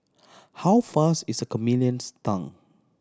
how fast is a chameleon's tongue